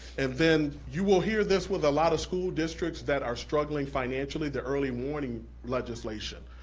and then you will hear this with a lotta school districts that are struggling financially, the early warning legislation.